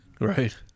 Right